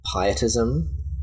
pietism